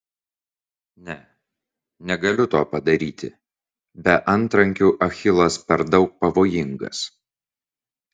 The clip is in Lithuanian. ne negaliu to padaryti be antrankių achilas per daug pavojingas